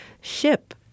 ship